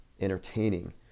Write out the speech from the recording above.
entertaining